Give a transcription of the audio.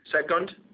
Second